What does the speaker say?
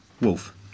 Wolf